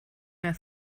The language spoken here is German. mehr